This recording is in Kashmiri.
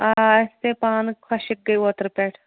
آ اَسہِ تہِ پانہٕ خۄشِک گٔے اوترٕ پٮ۪ٹھ